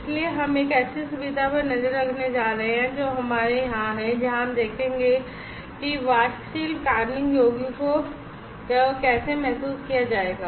इसलिए हम एक ऐसी सुविधा पर नज़र रखने जा रहे हैं जो हमारे यहाँ है जहाँ हम देखेंगे कि वाष्पशील कार्बनिक यौगिकों को कैसे महसूस किया जाएगा